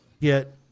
get